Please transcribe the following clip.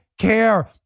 care